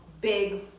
big